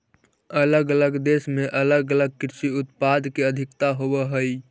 अलग अलग देश में अलग अलग कृषि उत्पाद के अधिकता होवऽ हई